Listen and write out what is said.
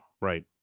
Right